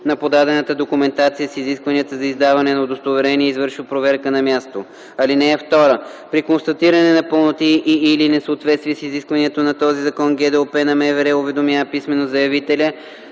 на подадената документация с изискванията за издаване на удостоверение и извършва проверка на място. (2) При констатиране на непълноти и/или несъответствия с изискванията на този закон ГДОП на МВР уведомява писмено заявителя